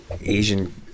Asian